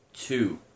two